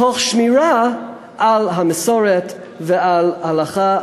תוך שמירה על המסורת ועל ההלכה,